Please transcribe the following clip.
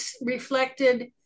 reflected